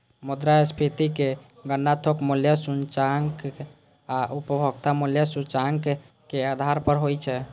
मुद्रास्फीतिक गणना थोक मूल्य सूचकांक आ उपभोक्ता मूल्य सूचकांक के आधार पर होइ छै